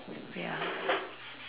ya